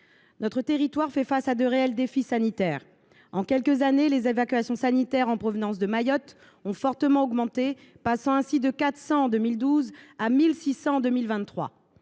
Notre territoire fait face à de réels défis sanitaires. En l’espace de quelques années, le nombre d’évacuations sanitaires en provenance de Mayotte a fortement augmenté : il est passé de 400 en 2012 à 1 600 en 2023.